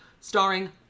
starring